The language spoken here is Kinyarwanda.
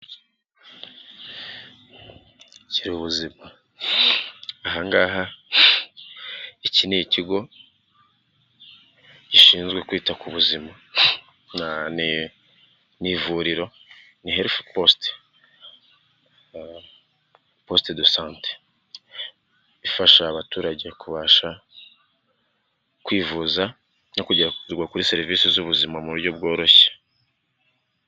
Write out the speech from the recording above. Gira ubuzima, ahangaha iki ni ikigo gishinzwe kwita ku buzima, ni ivuriro, ni herifu posite do sante, ifasha abaturage kubasha kwivuza no kuza kuri serivisi z'ubuzima mu buryo bworoshye.